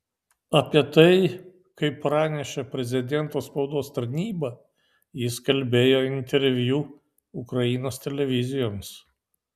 apie tai kaip pranešė prezidento spaudos tarnyba jis kalbėjo interviu ukrainos televizijoms